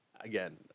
again